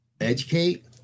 Educate